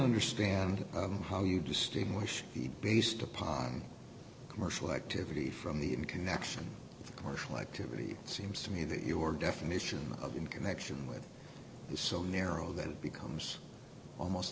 understand how you distinguish he based upon commercial activity from the in connection with commercial activity it seems to me that your definition of in connection with is so narrow that it becomes almost